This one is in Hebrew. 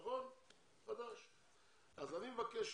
מה הבעיה שלהם?